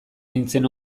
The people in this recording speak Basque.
nintzen